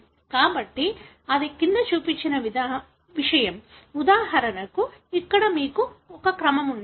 కాబట్టి అది క్రింద చూపిన విషయం ఉదాహరణకు ఇక్కడ మీకు అదే క్రమం ఉంది